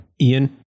Ian